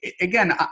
again